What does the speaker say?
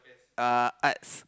uh arts